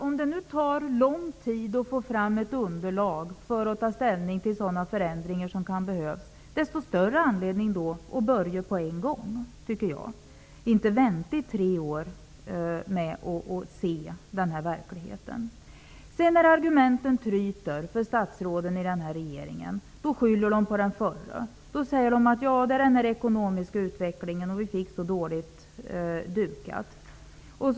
Om det nu tar lång tid att få fram ett underlag för att ta ställning till sådana förändringar som kan behövas, desto större anledning att börja på en gång och inte vänta i tre år med att se den här verkligheten. När argumenten tryter för statsråden i regeringen skyller de på den förra regeringen. Då säger de att felet beror på den ekonomiska utvecklingen och att de fick så dåligt dukat för sig.